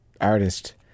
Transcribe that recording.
artist